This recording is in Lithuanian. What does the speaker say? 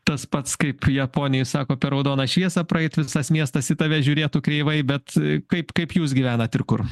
tas pats kaip japonijoj sako per raudoną šviesą praeit visas miestas į tave žiūrėtų kreivai bet kaip kaip jūs gyvenat ir kur